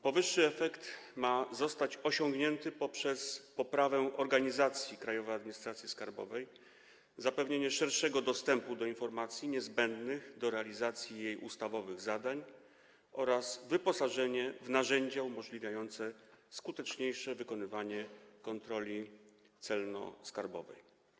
Powyższy efekt ma zostać osiągnięty poprzez poprawę organizacji Krajowej Administracji Skarbowej, zapewnienie szerszego dostępu do informacji niezbędnych do realizacji jej ustawowych zadań oraz wyposażenie w narzędzia umożliwiające skuteczniejsze wykonywanie kontroli celno-skarbowej.